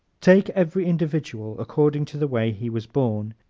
take every individual according to the way he was born,